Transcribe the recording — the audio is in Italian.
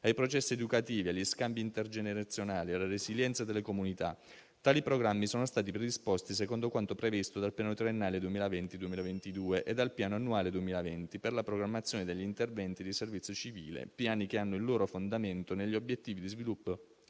ai processi educativi, agli scambi intergenerazionali, alla resilienza delle comunità. Tali programmi sono stati predisposti secondo quanto previsto dal Piano triennale 2020-2022 e dal Piano annuale 2020 per la programmazione degli interventi di servizio civile, piani che hanno il loro fondamento negli obiettivi di sviluppo